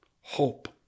Hope